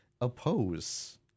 oppose